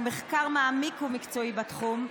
על מחקר מעמיק ומקצועי בתחום,